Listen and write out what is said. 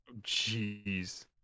Jeez